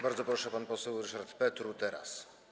Bardzo proszę, pan poseł Ryszard Petru, Teraz!